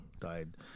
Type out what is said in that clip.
died